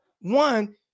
One